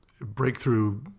breakthrough